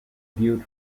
viewed